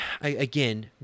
again